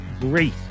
great